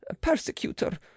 persecutor